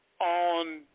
on